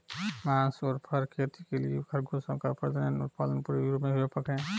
मांस और फर खेती के लिए खरगोशों का प्रजनन और पालन पूरे यूरोप में व्यापक है